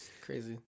Crazy